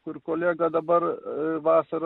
kur kolega dabar a vasara